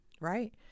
right